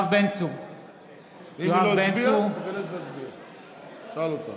תשאל אותה.